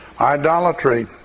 idolatry